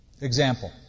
Example